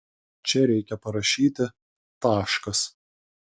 čia reikia parašyti taškas